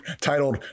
titled